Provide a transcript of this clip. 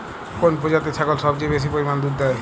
কোন প্রজাতির ছাগল সবচেয়ে বেশি পরিমাণ দুধ দেয়?